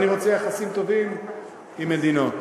אני רוצה יחסים טובים עם מדינות.